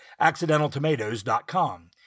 accidentaltomatoes.com